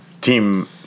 Team